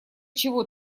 чего